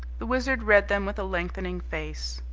the wizard read them with a lengthening face.